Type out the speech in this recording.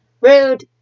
Rude